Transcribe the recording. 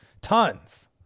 tons